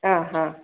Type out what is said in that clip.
ആ ആ